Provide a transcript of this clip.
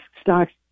stocks